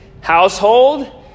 Household